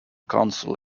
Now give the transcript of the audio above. council